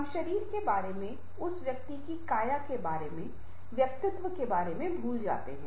हम शरीर के बारे में उस व्यक्ति की काया के बारे में व्यक्तित्व के बारे में भूल जाते हैं